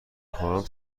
خواهم